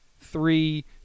three